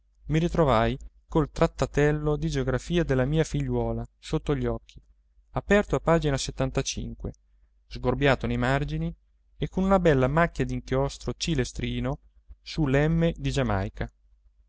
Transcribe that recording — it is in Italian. mi ritrovai col trattatello di geografia della mia figliuola sotto gli occhi aperto a pagina sgorbiare nei margini e con una bella macchia d'inchiostro cilestrino su l'emme di giamaica